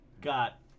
Got